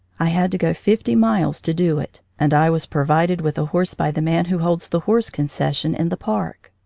i had to go fifty miles to do it, and i was provided with a horse by the man who holds the horse con cession in the park.